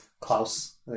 Klaus